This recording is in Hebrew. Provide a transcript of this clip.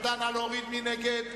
מי נגד?